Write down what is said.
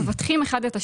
מבטחים אחד את השני.